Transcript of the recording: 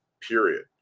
period